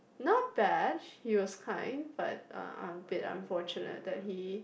not bad he was kind but uh a bit unfortunate that he